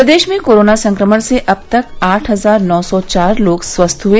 प्रदेश में कोरोना संक्रमण से अब तक आठ हजार नौ सौ चार लोग स्वस्थ हुए